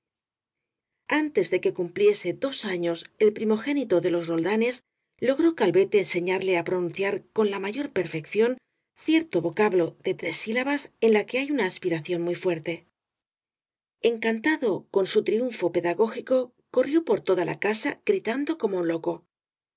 antes de que cumpliese dos años el primogénito de los roldanes logró calvete enseñarle á pronun ciar con la mayor perfección cierto vocablo de tres sílabas en que hay una aspiración muy fuerte en cantado con su triunfo pedagógico corrió por toda la casa gritando como un loco